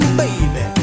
baby